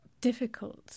difficult